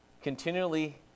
continually